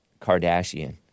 Kardashian